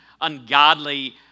ungodly